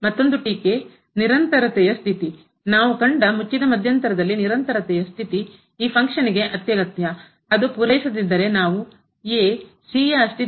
ಮತ್ತೊಂದು ಟೀಕೆ ನಿರಂತರತೆಯ ಸ್ಥಿತಿ ನಾವು ಕಂಡ ಮುಚ್ಚಿದ ಮಧ್ಯಂತರದಲ್ಲಿ ನಿರಂತರತೆಯ ಸ್ಥಿತಿ ಈ ಫಂಕ್ಷನ್ ಗೆ ಅತ್ಯಗತ್ಯ ಅದು ಪೂರೈಸದಿದ್ದರೆ ನಾವು a ಯ ಅಸ್ತಿತ್ವವನ್ನು ಪ್ರಮೇಯ